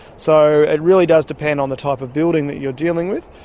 so it really does depend on the type of building that you're dealing with.